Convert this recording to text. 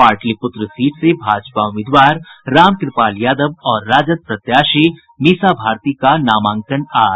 Pataliputra seat से भाजपा उम्मीदवार रामकृपाल यादव और राजद प्रत्याशी मीसा भारती का नामांकन आज